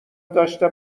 داشته